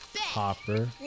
Hopper